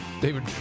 David